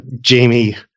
Jamie